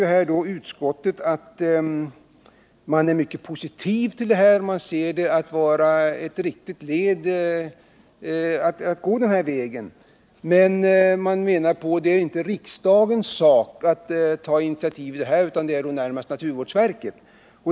Utskottet säger att man är mycket positiv till det här förslaget och man ser en övergång till kalkfällning som ett viktigt led i miljövårdsarbetet, men utskottet anser att det inte är riksdagens utan närmast naturvårdsverkets sak att ta initiativ i frågan.